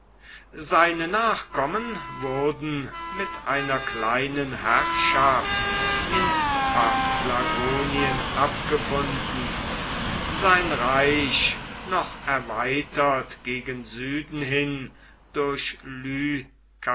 seine nachkommen wurden mit einer kleinen herrschaft in paphlagonien abgefunden sein reich noch erweitert gegen süden hin durch